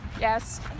Yes